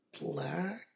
black